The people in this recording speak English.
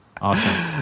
awesome